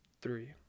three